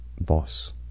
boss